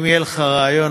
אם יהיה לך רעיון,